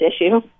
issue